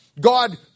God